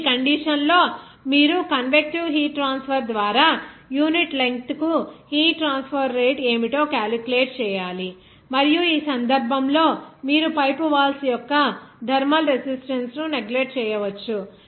ఇప్పుడు ఈ కండిషన్ లో మీరు కన్వెక్టీవ్ హీట్ ట్రాన్స్ఫర్ ద్వారా యూనిట్ లెంగ్త్ కు హీట్ ట్రాన్స్పోర్ట్ రేటు ఏమిటో క్యాలిక్యులేట్ చేయాలి మరియు ఈ సందర్భంలో మీరు పైపు వాల్స్ యొక్క థర్మల్ రెసిస్టెన్స్ ను నెగ్లెక్ట్ చేయవచ్చు